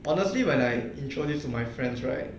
honestly when I introduced to my friends right